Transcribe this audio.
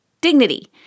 Dignity